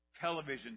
television